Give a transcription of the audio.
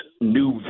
new